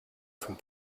from